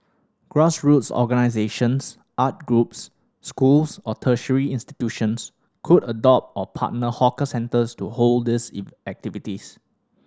grassroots organisations art groups schools or tertiary institutions could adopt or partner hawker centres to hold these activities